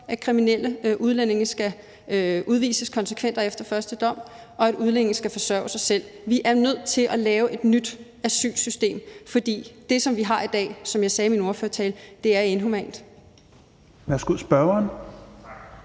at kriminelle udlændinge skal udvises konsekvent og efter første dom, og at udlændinge skal forsørge sig selv. Vi er nødt til at lave et nyt asylsystem, for det, vi har i dag, er, som jeg sagde i min ordførertale, inhumant.